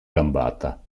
gambata